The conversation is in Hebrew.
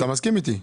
אז אתה מסכים איתי.